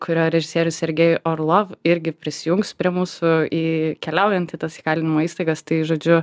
kurio režisierius sergej orlov irgi prisijungs prie mūsų į keliaujant į tas įkalinimo įstaigas tai žodžiu